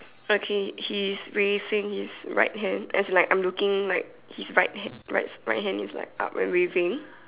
okay he is raising his right hand as in like I'm looking like his right hand right right hand is like up and waving